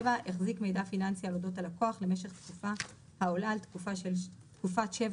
החזיק מידע פיננסי על אודות הלקוח למשך תקופה העולה על תקופת שבע